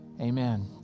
Amen